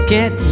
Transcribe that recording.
Get